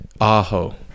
Aho